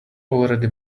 already